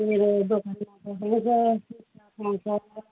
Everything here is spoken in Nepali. मेरो दोकानमा